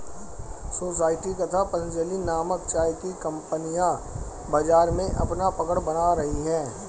society तथा पतंजलि नामक चाय की कंपनियां बाजार में अपना पकड़ बना रही है